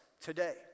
today